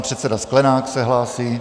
Pan předseda Sklenák se hlásí.